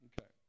Okay